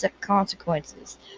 consequences